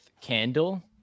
candle